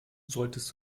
solltest